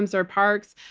um so our parks.